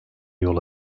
yol